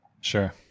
sure